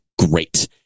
great